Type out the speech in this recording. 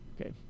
Okay